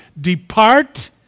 Depart